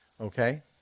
okay